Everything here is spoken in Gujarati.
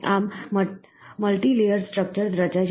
આમ મલ્ટિલેયર સ્ટ્રક્ચર્સ રચાય છે